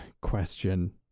question